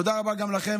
תודה רבה גם לכם,